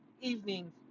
evening